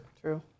True